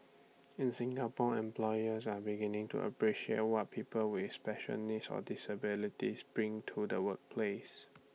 in Singapore employers are beginning to appreciate what people with special needs or disabilities bring to the workplace